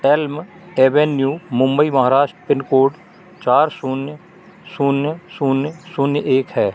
Elm Avenue Mumbai Maharashtra pin code चार शून्य शून्य शून्य एक है